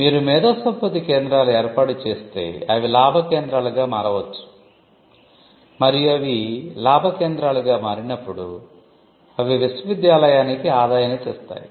మీరు మేధోసంపత్తి కేంద్రాలు ఏర్పాటు చేస్తే అవి లాభ కేంద్రాలుగా మారవచ్చు మరియు అవి లాభ కేంద్రాలుగా మారినప్పుడు అవి విశ్వవిద్యాలయానికి ఆదాయాన్ని తెస్తాయి